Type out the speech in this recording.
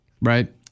Right